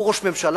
והוא ראש ממשלה,